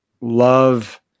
love